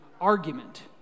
argument